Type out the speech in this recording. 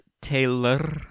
Taylor